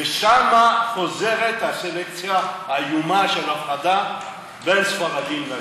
ושם חוזרת הסלקציה האיומה של הפרדה בין ספרדים לאשכנזים.